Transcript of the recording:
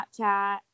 Snapchat